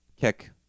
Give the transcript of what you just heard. kick